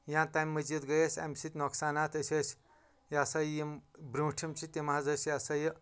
یا تمہِ مٔزیٖد گٔیے اسہِ امہِ سۭتۍ نۄقصانات أسۍ ٲسۍ یہِ ہسا یِم برٛونٛٹھِم چھِ تِم حظ ٲسۍ یہِ ہسا یہِ